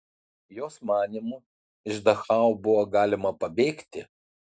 jos manymu iš dachau buvo galima pabėgti